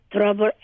trouble